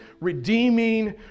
redeeming